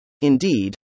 Indeed